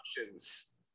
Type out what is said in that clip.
Options